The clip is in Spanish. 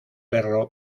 perro